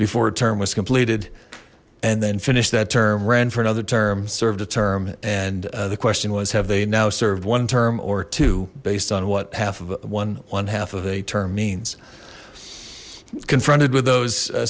before term was completed and then finished that term ran for another term served a term and the question was have they now served one term or two based on what half of one one half of a term means confronted with those